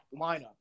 lineup